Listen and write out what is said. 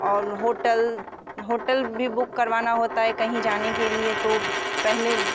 और hotel hotel भी book करवाना होता है कहीं जाने के लिए तो पहले